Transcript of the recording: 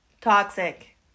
toxic